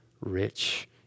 rich